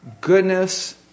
goodness